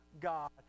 God